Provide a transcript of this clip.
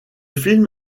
film